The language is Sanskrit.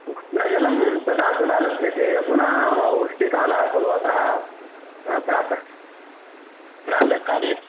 उष्णजलं तदा तदा लभ्यते अधुना वृष्टिकालः खलु अतः प्रातः प्रातःकाले